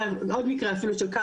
של עובדת סיעודית שהיא ילדה,